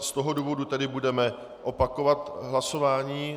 Z toho důvodu tedy budeme opakovat hlasování.